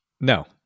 No